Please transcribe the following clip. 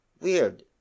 weird